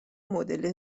مدل